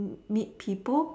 meet people